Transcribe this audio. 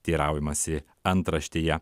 teiraujamasi antraštėje